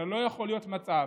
הרי לא יכול להיות מצב